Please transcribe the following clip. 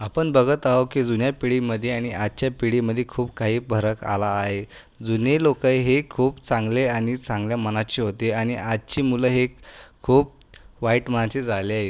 आपण बघत आहो की जुन्या पिढीमध्ये आणि आजच्या पिढीमध्ये खूप काही फरक आला आहे जुने लोक हे खूप चांगले आणि चांगल्या मनाचे होते आणि आजची मुलं हे खूप वाईट मनाचे झाले आहेत